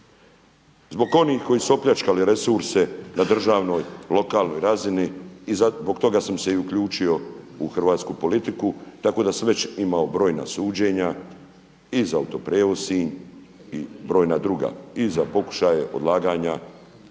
Zbog onih koji su opljačkali resurse na državnoj, lokalnoj razini i zbog toga sam se i uključio u hrvatsku politiku, tako da sam imao već brojna suđenja i za Auto-prijevoz Sinj i brojna druga, i za pokušaje odlaganja